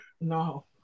No